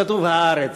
כתוב: "הארץ".